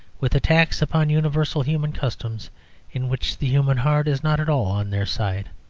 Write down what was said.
with attacks upon universal human customs in which the human heart is not at all on their side.